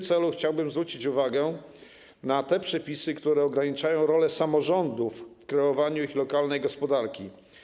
Chciałbym zwrócić uwagę na przepisy, które ograniczają rolę samorządów w kreowaniu ich lokalnej gospodarki.